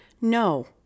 no